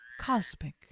Cosmic